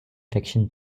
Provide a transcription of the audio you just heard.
fiction